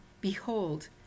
behold